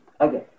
Okay